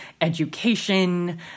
education